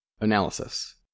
Analysis